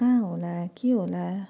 कहाँ होला के होला